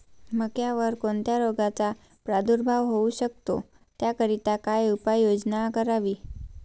मक्यावर कोणत्या रोगाचा प्रादुर्भाव होऊ शकतो? त्याकरिता काय उपाययोजना करावी?